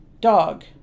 dog